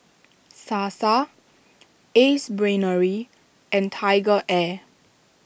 Sasa Ace Brainery and TigerAir